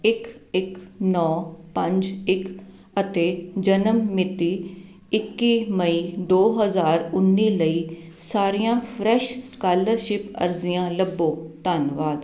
ਇੱਕ ਇੱਕ ਨੌਂ ਪੰਜ ਇੱਕ ਅਤੇ ਜਨਮ ਮਿਤੀ ਇੱਕੀ ਮਈ ਦੋ ਹਜ਼ਾਰ ਉੱਨੀ ਲਈ ਸਾਰੀਆਂ ਫਰੈਸ਼ ਸਕਾਲਰਸ਼ਿਪ ਅਰਜ਼ੀਆਂ ਲੱਭੋ ਧੰਨਵਾਦ